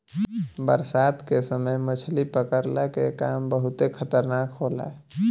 बरसात के समय मछली पकड़ला के काम बहुते खतरनाक होला